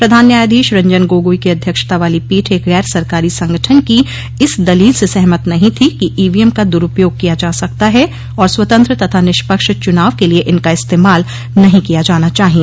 प्रधान न्यायाधीश रंजन गोगोई की अध्यक्षता वाली पीठ एक गैर सरकारी संगठन की इस दलील से सहमत नहीं थी कि ईवीएम का दरूपयोग किया जा सकता है और स्वतंत्र तथा निष्पक्ष चुनाव के लिए इनका इस्तेमाल नहीं किया जाना चाहिए